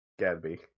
Gadby